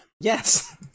Yes